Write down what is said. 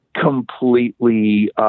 completely